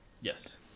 Yes